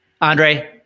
andre